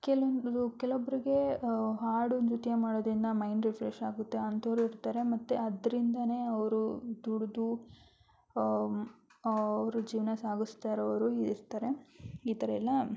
ಕೆಲವೊಂದು ಕೆಲ್ವೊಬ್ರಿಗೆ ಹಾಡು ನೃತ್ಯ ಮಾಡೋದರಿಂದ ಮೈಂಡ್ ರಿಫ್ರೆಶ್ ಆಗುತ್ತೆ ಅಂಥೋರು ಇರ್ತಾರೆ ಮತ್ತು ಅದರಿಂದಾನೆ ಅವರು ದುಡಿದು ಅವ್ರ ಜೀವನ ಸಾಗಿಸ್ತ ಇರೋರು ಇರ್ತಾರೆ ಈ ಥರ ಎಲ್ಲ